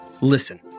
Listen